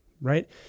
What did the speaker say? right